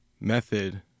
method